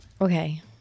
Okay